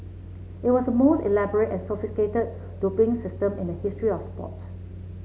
it was the most elaborate and sophisticated doping system in the history of sports